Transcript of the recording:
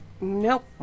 Nope